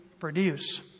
produce